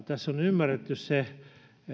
tässä on ymmärretty se